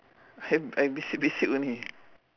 I'm I'm basic basic only